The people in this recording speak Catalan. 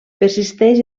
persisteix